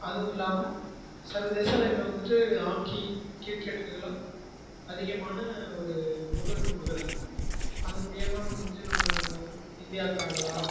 அதுவும் இல்லாமல் சர்வதேச அளவில வந்துட்டு ஹாக்கி கிரிக்கெட்டில் இதெலாம் அதிகமான ஒரு முன்னுரிமை கொடுக்கறாங்க அதன் மூலயமா நம்ம வந்துட்டு நம்ம இந்தியாவுக்கு ஆடலாம்